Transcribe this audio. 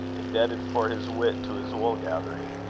indebted for his wit to his wool-gathering.